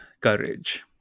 courage